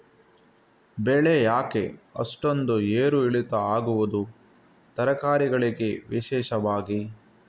ಬೆಳೆ ಯಾಕೆ ಅಷ್ಟೊಂದು ಏರು ಇಳಿತ ಆಗುವುದು, ತರಕಾರಿ ಗಳಿಗೆ ವಿಶೇಷವಾಗಿ?